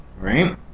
right